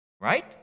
Right